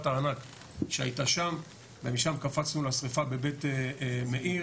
הענק שהייתה שם ומשם קפצנו לשריפה בבית מאיר.